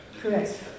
Correct